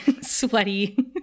sweaty